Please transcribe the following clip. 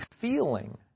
feeling